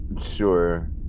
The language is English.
Sure